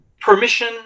Permission